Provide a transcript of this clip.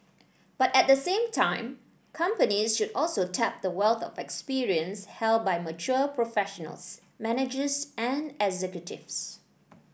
but at the same time companies should also tap the wealth of experience held by mature professionals managers and executives